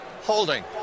Holding